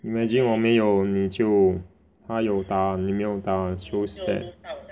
imagine 我没有你就他又打你没有打 so sad